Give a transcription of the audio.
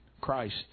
Christ